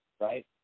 right